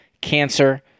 cancer